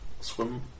swim